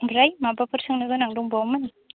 ओमफ्राय माबाफोर सोंनो गोनां दंबावोमोन